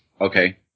Okay